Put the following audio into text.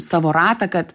savo ratą kad